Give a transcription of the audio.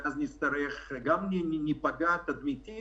שאז גם ניפגע תדמיתית,